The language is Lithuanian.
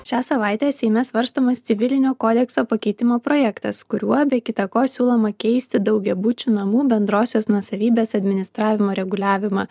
šią savaitę seime svarstomas civilinio kodekso pakeitimo projektas kuriuo be kita ko siūloma keisti daugiabučių namų bendrosios nuosavybės administravimo reguliavimą